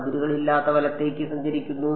അതിരുകളില്ലാത്ത വലത്തേക്ക് സഞ്ചരിക്കുന്നു